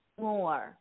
more